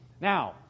Now